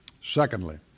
Secondly